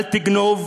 אל תגנוב,